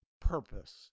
purpose